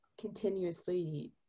continuously